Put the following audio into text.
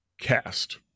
cast